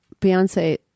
Beyonce